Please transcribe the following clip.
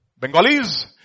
Bengalis